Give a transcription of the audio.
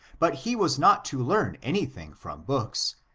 but he was not to learn any thing from books,